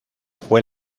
fue